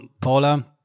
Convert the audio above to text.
Paula